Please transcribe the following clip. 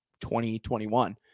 2021